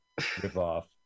ripoff